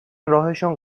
راهشون